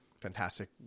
fantastic